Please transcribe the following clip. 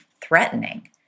threatening